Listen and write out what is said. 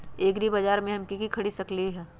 एग्रीबाजार से हम की की खरीद सकलियै ह?